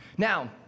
Now